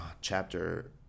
chapter